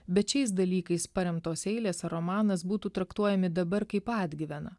bet šiais dalykais paremtos eilės ar romanas būtų traktuojami dabar kaip atgyvena